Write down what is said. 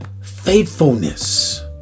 faithfulness